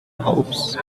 hobs